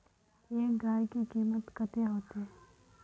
एक गाय के कीमत कते होते?